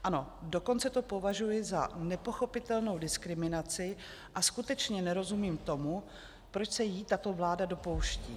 Ano, dokonce to považuji za nepochopitelnou diskriminaci a skutečně nerozumím tomu, proč se jí tato vláda dopouští.